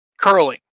curling